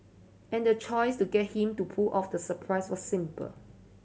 and the choice to get him to pull off the surprise was simple